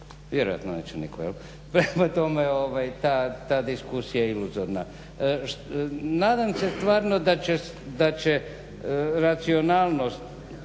Vjerojatno neće nitko. Prema tome, ta diskusija je iluzorna. Nadam se stvarno da će princip racionalnosti